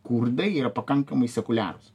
kurdai yra pakankamai sekuliarūs